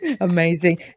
Amazing